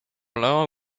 lin